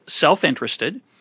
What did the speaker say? self-interested